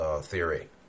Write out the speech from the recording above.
theory